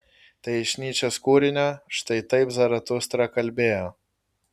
tai iš nyčės kūrinio štai taip zaratustra kalbėjo